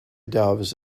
doves